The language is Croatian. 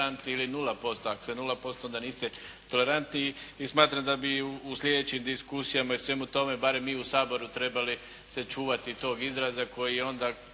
ili nula posto. Ako ste nula posto, onda niste tolerantni i smatram da bi u slijedećim diskusijama i u svemu tome barem mi u Saboru trebali se čuvati tog izraza koji onda